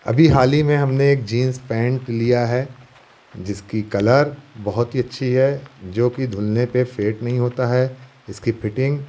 अभी हाल ही में हमने एक जींस पेंट लिया है जिसकी कलर बहुत ही अच्छी है जो कि धुलने पे फ़ेट नहीं होता है इसकी फिटिंग